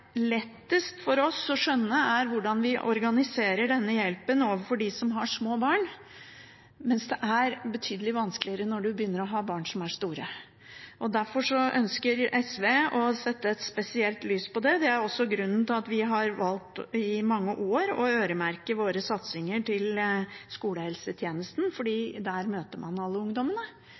lettest for oss å skjønne, er hvordan vi organiserer denne hjelpen overfor dem som har små barn, mens det er betydelig vanskeligere når en har barn som begynner å bli store. Derfor ønsker SV å sette et spesielt søkelys på det. Det er grunnen til at vi har valgt i mange år å øremerke våre satsinger til skolehelsetjenesten, for der møter man alle ungdommene.